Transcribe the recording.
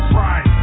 right